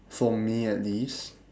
for me at least